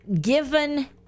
given